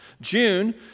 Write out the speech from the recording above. June